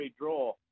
draw